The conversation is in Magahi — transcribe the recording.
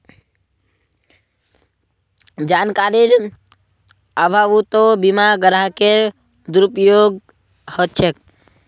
जानकारीर अभाउतो बीमा ग्राहकेर दुरुपयोग ह छेक